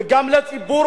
וגם לציבור,